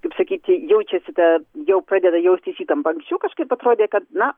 kaip sakyti jaučiasi ta jau pradeda jaustis įtampa anksčiau kažkaip atrodė kad na